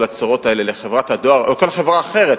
הצרורות האלה לחברת הדואר או לכל חברה אחרת,